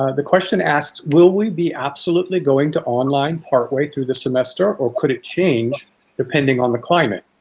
ah the question asks will we be absolutely going to online part way through the semester or could it change depending on the climate?